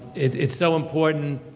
it's so important,